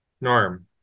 Norm